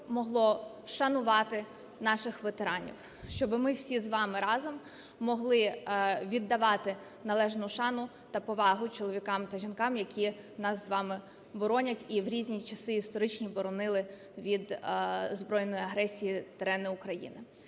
могло вшанувати наших ветеранів, щоб ми всі з вами разом могли віддавати належну шану та повагу чоловікам та жінкам, які нас з вами боронять і в різні часи історичні боронили від збройної агресії, терени України.